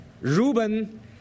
Reuben